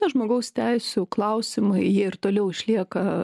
na žmogaus teisių klausimai jie ir toliau išlieka